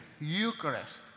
Eucharist